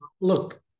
Look